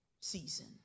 season